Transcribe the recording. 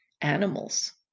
animals